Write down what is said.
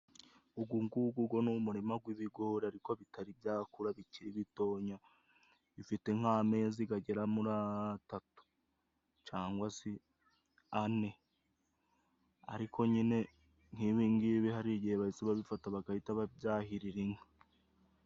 Ugu ngugu gwo ni umurima gw'ibigori ariko bitari byakura bikiri bitonya ,bifite nk'amezi gagera muri atatu cangwa se ane ariko nyine nkibingibi hari igihe bahise babifata bagahita babyahirira inka.